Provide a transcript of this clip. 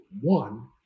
One